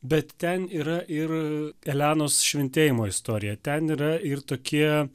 bet ten yra ir elenos šventėjimo istorija ten yra ir tokie